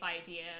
idea